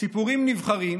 סיפורים נבחרים,